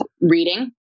reading